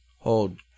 Hold